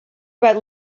about